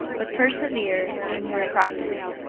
but persevere in your practise,